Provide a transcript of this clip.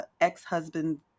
ex-husband